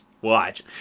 Watch